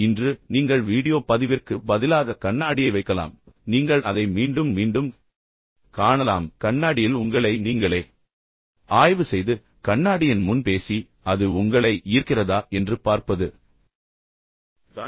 இன்று நீங்கள் வீடியோ பதிவிற்கு பதிலாக கண்ணாடியை வைக்கலாம் பின்னர் நீங்கள் அதை மீண்டும் மீண்டும் காணலாம் ஆனால் சிறந்த விஷயம் என்னவென்றால் கண்ணாடியில் உங்களை நீங்களே ஆய்வு செய்து கண்ணாடியின் முன் பேசி அது உங்களை ஈர்க்கிறதா என்று பார்ப்பது தான்